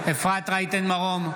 מרום,